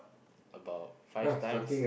about five times